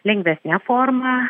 lengvesne forma